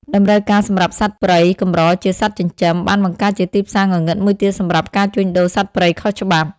តម្រូវការសម្រាប់សត្វព្រៃកម្រជាសត្វចិញ្ចឹម បានបង្កើតជាទីផ្សារងងឹតមួយទៀតសម្រាប់ ការជួញដូរសត្វព្រៃខុសច្បាប់។